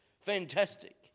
Fantastic